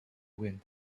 wind